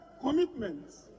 commitments